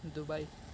Dubai